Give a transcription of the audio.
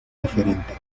diferente